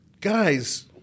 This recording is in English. Guys